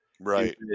Right